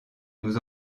nous